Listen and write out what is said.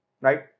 right